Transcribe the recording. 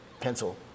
pencil